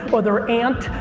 or their aunt,